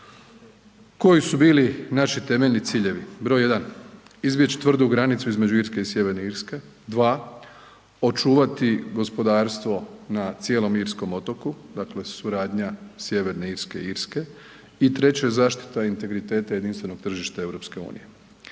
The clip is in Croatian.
Koji su bili naši temeljni ciljevi? Broj jedan, izbjeći tvrdu granicu između Irske i Sj. Irske, dva, očuvati gospodarstvo na cijelom irskom otoku, dakle suradnja Sj. Irske i Irske i treće, zaštita integriteta jedinstvenog tržišta EU-a.